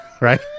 Right